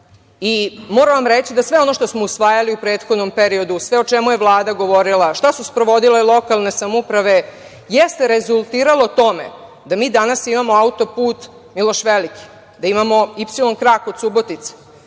i moram vam reći da sve ono što smo usvajali u prethodnom periodu, sve o čemu je Vlada govorila, šta su sprovodile lokalne samouprave, jeste rezultiralo tome da mi danas imamo auto-put "Miloš Veliki", da imamo "Ipsilon krak" od Subotice,